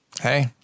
Hey